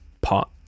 pot